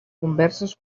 converses